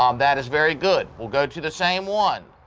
um that is very good we'll go to the same one,